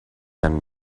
and